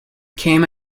came